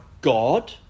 God